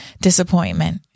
disappointment